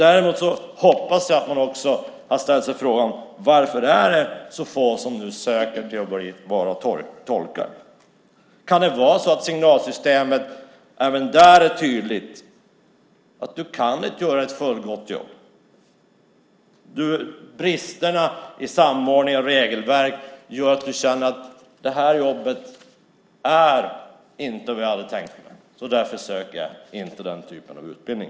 Däremot hoppas jag att man också ställer sig frågan: Varför är det så få som nu söker till att bli tolkar? Kan det vara så att signalsystemet även där är tydligt? Du kan inte göra ett fullgott jobb. Bristerna i samordning och regelverk gör att du känner: Det här jobbet är inte vad jag hade tänkt mig, och därför söker jag inte den typen av utbildning.